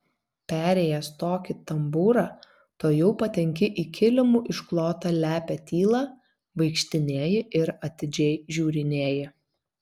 perėjęs tokį tambūrą tuojau patenki į kilimu išklotą lepią tylą vaikštinėji ir atidžiai žiūrinėji